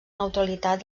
neutralitat